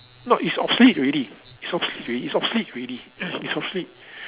no it's obsolete already it's obsolete already it's obsolete already it's obsolete